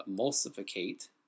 emulsificate